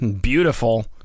Beautiful